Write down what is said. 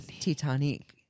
Titanic